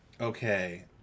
Okay